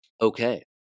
Okay